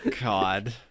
God